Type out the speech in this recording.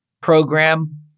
program